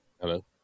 Hello